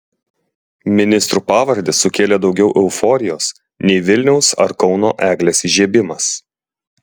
ministrų pavardės sukėlė daugiau euforijos nei vilniaus ar kauno eglės įžiebimas